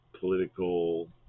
political